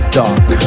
dark